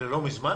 זה "לא מזמן"?